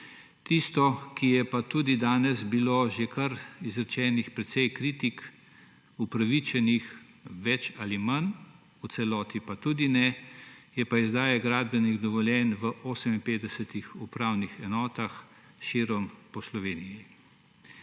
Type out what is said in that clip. Tisto, za kar je pa tudi danes bilo izrečenih že kar precej kritik, upravičenih več ali manj, v celoti pa tudi ne, je pa izdaja gradbenih dovoljenj v 58 upravnih enotah širom po Sloveniji.